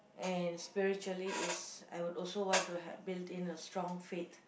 and spiritually is I would also want to have build in a strong faith